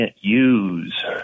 use